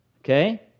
okay